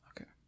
Okay